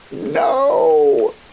no